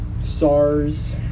sars